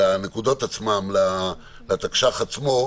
לנקודות עצמן, לתקש"ח עצמו,